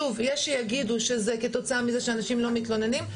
שוב: יש שיגידו שזה כתוצאה מזה שאנשים לא מתלוננים,